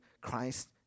Christ